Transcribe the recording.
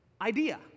idea